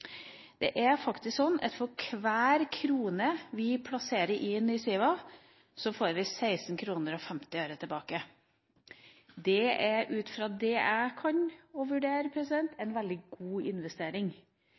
Det er faktisk sånn at for hver krone vi plasserer i SIVA, får vi 16 kroner og 50 øre tilbake. Det er, ut fra det jeg kan vurdere,